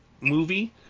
movie